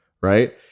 right